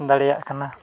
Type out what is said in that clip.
ᱫᱟᱲᱮᱭᱟᱜ ᱠᱟᱱᱟ